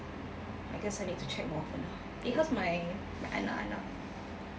I guess I need to check more often ah eh how's my my anak-anak